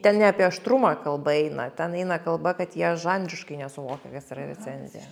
ten ne apie aštrumą kalba eina ten eina kalba kad jie žanriškai nesuvokia kas yra recenzija